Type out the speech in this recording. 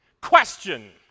Question